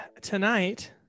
Tonight